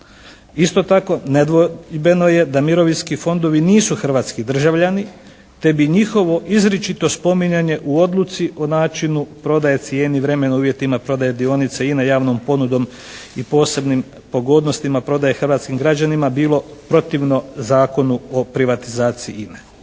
Isto tako, nedvojbeno je da mirovinski fondovi nisu hrvatski državljani te bi njihovo izričito spominjanje u odluci o načinu prodaje, cijeni, vremenu, uvjetima prodaje dionica INA-e javnom ponudom i posebnim pogodnostima prodaje hrvatskim građanima bilo protivno Zakonu o privatizaciji INA-e.